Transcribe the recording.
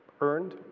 earned